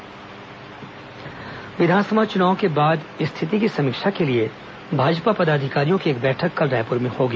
भाजपा बैठक विधानसभा चुनाव के बाद स्थिति की समीक्षा के लिए भाजपा पदाधिकारियों की एक बैठक कल रायपुर में होगी